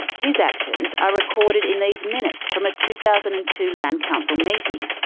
his actions are recorded in these minutes from a two thousand and two land council meeting,